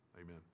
Amen